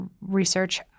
research